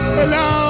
hello